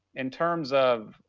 in terms of,